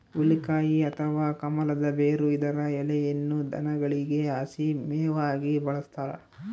ಹುಲಿಕಾಯಿ ಅಥವಾ ಕಮಲದ ಬೇರು ಇದರ ಎಲೆಯನ್ನು ದನಗಳಿಗೆ ಹಸಿ ಮೇವಾಗಿ ಬಳಸ್ತಾರ